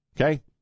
Okay